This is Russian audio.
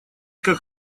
как